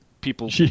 people